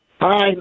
Hi